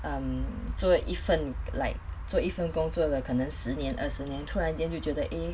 um 做一份 like 做一份工作了可能十年二十年突然间就觉得 eh